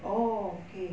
oh okay